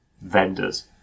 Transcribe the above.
vendors